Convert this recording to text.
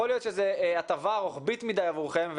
יכול להיות שזו הטבה רוחבית מדי עבורכם,